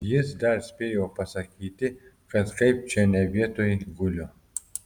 jis dar spėjo pasakyti kad kaip čia ne vietoj guliu